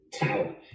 tower